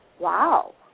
Wow